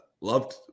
loved